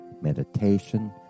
meditation